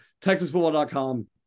TexasFootball.com